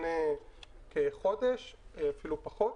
לפני כחודש ואפילו פחות.